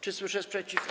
Czy słyszę sprzeciw?